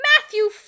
Matthew